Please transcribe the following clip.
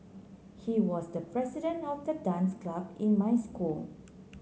he was the president of the dance club in my school